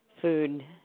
food